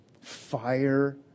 fire